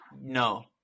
No